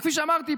וכפי שאמרתי,